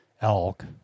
elk